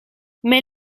mais